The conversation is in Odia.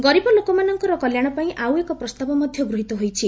ଗରିବ ଲୋକମାନଙ୍କର କଲ୍ୟାଣ ପାଇଁ ଆଉ ଏକ ପ୍ରସ୍ତାବ ମଧ୍ୟ ଗୃହୀତ ହୋଇଛି